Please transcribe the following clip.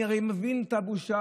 אני הרי מבין את הבושה.